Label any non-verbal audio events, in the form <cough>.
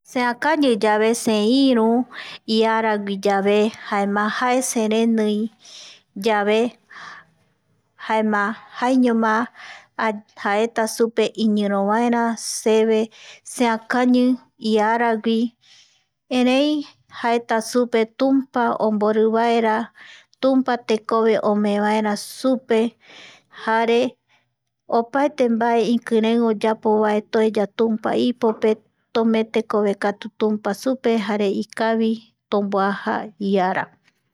Seakañiyave seiru iaraguiyave jaema jae serenii yave jaema jaiñoma <hesitation> jaeta supe iñirovaera seve seakañi iaragui erei jaeta supe tumpa omborivaera tumpa tekove omeevaera supe jare opaete mbae ikirei oyapovae toeya tumpa ipope tomee tekovekatu tumpa supe ikavi tomboaja iara